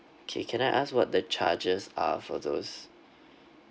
okay can I ask what the charges are for those